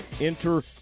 Enter